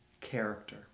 character